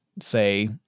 say